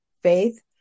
faith